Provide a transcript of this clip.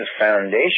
foundation